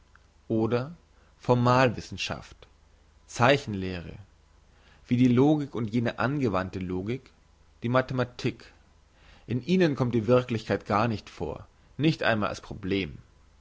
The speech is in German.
oder formal wissenschaft zeichenlehre wie die logik und jene angewandte logik die mathematik in ihnen kommt die wirklichkeit gar nicht vor nicht einmal als problem